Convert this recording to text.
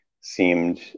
seemed